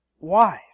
wise